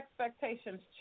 expectations